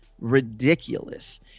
ridiculous